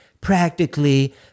practically